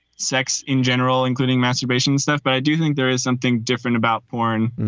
sex in general, including masturbation stuff. but i do think there is something different about porn.